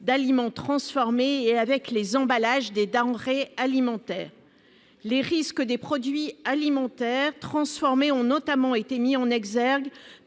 d'aliments transformés et des emballages des denrées alimentaires. Les risques des produits alimentaires transformés ont notamment été mis en exergue